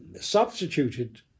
substituted